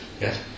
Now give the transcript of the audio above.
Yes